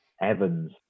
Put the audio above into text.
Evans